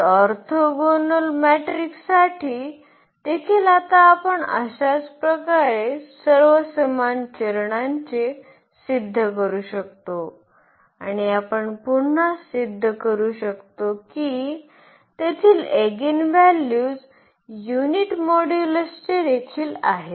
तर ऑर्थोगोनल मॅट्रिकसाठी देखील आता आपण अशाच प्रकारे सर्व समान चरणांचे सिद्ध करू शकतो आणि आपण पुन्हा सिद्ध करू शकतो कि तेथील एगिनॅव्हल्यूज युनिट मॉड्यूलसचे देखील आहेत